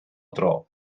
dro